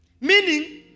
meaning